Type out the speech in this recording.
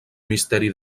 misteri